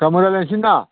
गाबोन रायज्लायनसैना